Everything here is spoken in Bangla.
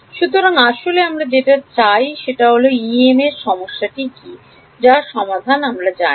সুতরাং আসলে আমরা যেটা চাই সেটা হলো EM এ সমস্যাটা কি যার সমাধান আমরা জানি